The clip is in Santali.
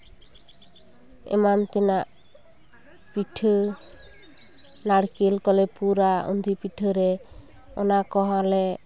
ᱮᱟᱱ ᱛᱮᱱᱟᱜ ᱯᱤᱴᱷᱟᱹ ᱱᱟᱨᱠᱮᱹᱞ ᱠᱚᱞᱮ ᱯᱩᱨᱟ ᱩᱸᱫᱷᱤ ᱯᱤᱴᱷᱟᱹ ᱨᱮ ᱚᱱᱟ ᱠᱚᱦᱚᱸ ᱞᱮ